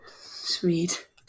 Sweet